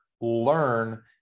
learn